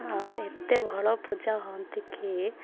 ଆଉ ଏତେ ଭଲ ପୂଜା ହୁଅନ୍ତି କି